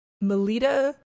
Melita